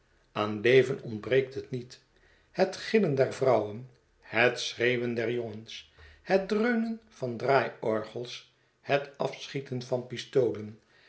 aan leven ontbreekt het niet het gillen der vrouwen het schreeuwen der jongens het dreunen van draaiorgels het afschieten van pistolen